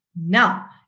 now